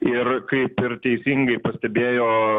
ir kaip ir teisingai pastebėjo